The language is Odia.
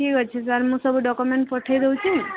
ଠିକ୍ ଅଛି ସାର୍ ମୁଁ ସବୁ ଡକ୍ୟୁମେଣ୍ଟ୍ ପଠାଇ ଦଉଛି